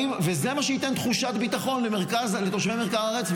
זה מה שייתן תחושת ביטחון לתושבי מרכז הארץ,